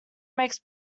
makes